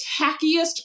tackiest